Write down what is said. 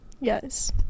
yes